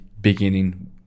beginning